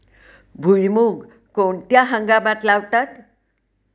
भुईमूग कोणत्या हंगामात लावतात?